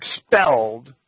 expelled